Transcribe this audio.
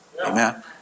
Amen